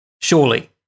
Surely